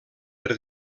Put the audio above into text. per